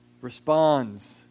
responds